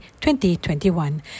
2021